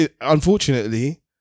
Unfortunately